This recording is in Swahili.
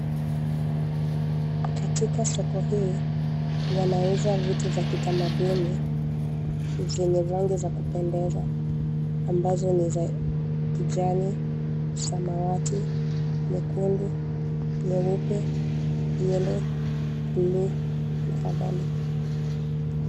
Katika soko hii, wanauza vitu za kitamaduni, zenye rangi za kupendeza, ambazo ni za, kijani, samawati, nyekundu, nyeupe, yellow , blue , na kadhalika.